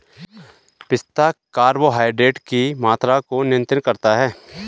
पिस्ता कार्बोहाइड्रेट की मात्रा को नियंत्रित करता है